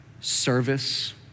service